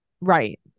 right